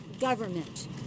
government